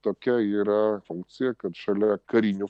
tokia yra funkcija kad šalia karinių